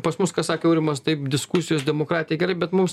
pas mus ką sakė aurimas taip diskusijos demokratija gerai bet mums